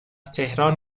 تهران